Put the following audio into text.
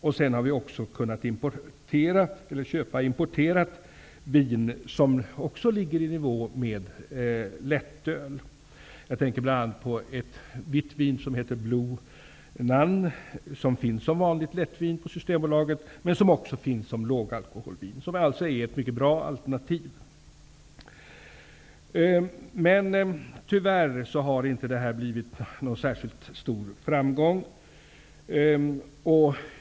Vi har också kunnat köpa importerat vin som ligger i nivå med lättöl. Jag tänker bl.a. på ett vitt vin som heter Blue Nun, som finns som vanligt lättvin på Systembolaget men också som lågalkoholvin. Det är ett mycket bra alternativ. Tyvärr har detta inte blivit någon särskilt stor framgång.